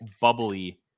bubbly